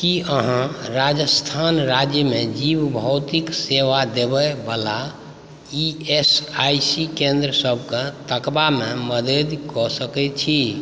की अहाँ राजस्थान राज्यमे जीवभौतिक सेवा देबयबला ई एस आई सी केंद्र सभकेँ तकबामे मदति कऽ सकैत छी